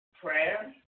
prayer